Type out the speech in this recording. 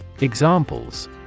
Examples